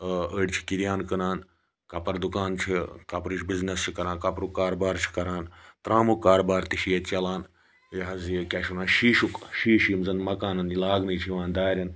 أڑۍ چھِ کِریان کٕنان کَپر دُکان چھِ کَپرٕچ بِزنٮ۪س چھِ کَران کَپرُک کاربار چھِ کَران ترٛامُک کاربار تہِ چھِ ییٚتہِ چلان یہِ حظ یہِ کیاہ چھِ وَنان شیٖشُک شیٖشہٕ یِم زَن مَکانن لاگنہٕ چھِ یِوان دارٮ۪ن